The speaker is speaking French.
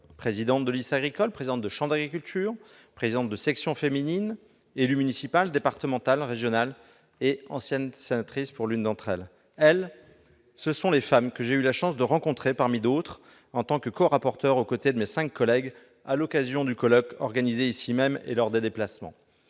présidentes de lycée agricole, présidentes de chambre d'agriculture, présidentes de section féminine, élues municipales, départementales, régionales, et ancienne sénatrice, pour l'une d'entre elles. Elles, ce sont les femmes que j'ai eu la chance de rencontrer, parmi d'autres, en tant que corapporteur, aux côtés de mes cinq collègues, à l'occasion du colloque organisé ici même ou lors de nos déplacements.